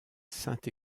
saint